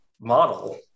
model